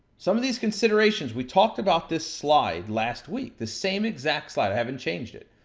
some of these considerations, we talked about this slide last week, the same exact slide. i haven't changed it.